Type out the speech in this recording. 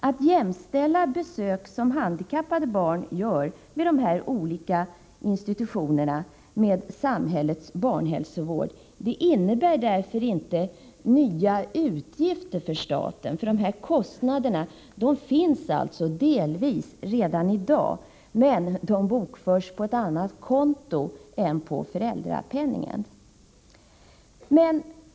Att jämställa de besök som handikappade barn måste göra vid olika institutioner med samhällets barnhälsovård innebär därför inte nya utgifter för staten. Kostnaderna finns delvis redan i dag, men de bokförs på ett annat konto än den tillfälliga föräldrapenningen.